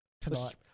Tonight